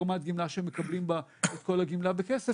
רמת גמלה שמקבלים בה את כל הגמלה בכסף,